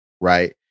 right